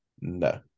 No